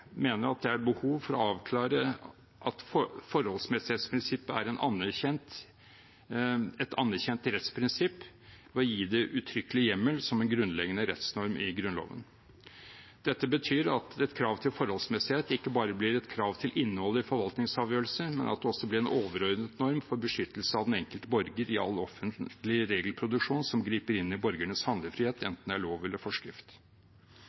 mener det er behov for å avklare at forholdsmessighetsprinsippet er et anerkjent rettsprinsipp, ved å gi det uttrykkelig hjemmel som en grunnleggende rettsnorm i Grunnloven. Dette betyr at et krav til forholdsmessighet ikke bare blir et krav til innholdet i forvaltningsavgjørelser, men at det også blir en overordnet norm for beskyttelse av den enkelte borger i all offentlig regelproduksjon som griper inn i borgernes handlefrihet, enten det er lov eller forskrift.